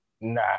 nah